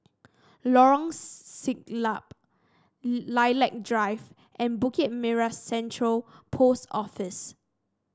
Lorong Siglap Lilac Drive and Bukit Merah Central Post Office